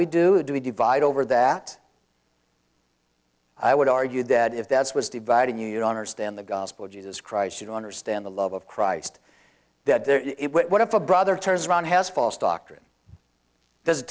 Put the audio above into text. we do do we divide over that i would argue that if that's was dividing you don't understand the gospel of jesus christ you don't understand the love of christ what if a brother turns around has false doctrine